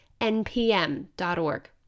npm.org